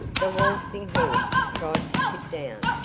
the waltzing horse tried to sit down,